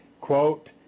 quote